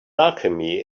alchemy